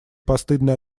постыдные